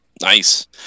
Nice